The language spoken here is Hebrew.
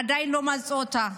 עדיין לא מצאו אותה.